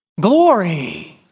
Glory